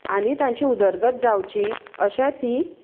आनी तांची उदरगत जावची अशें तीं